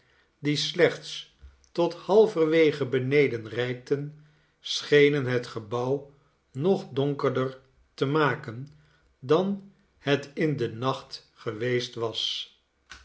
die slechts tot halverwege beneden reikten schenen het gebouw nog donkerder te maken dan het in den nacht geweest was